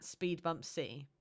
SpeedbumpC